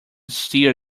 steer